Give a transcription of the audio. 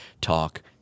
Talk